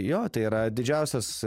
jo tai yra didžiausias